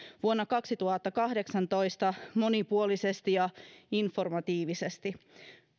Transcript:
vuonna kaksituhattakahdeksantoista monipuolisesti ja informatiivisesti